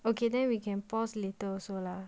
okay then we can pause later also lah